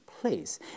place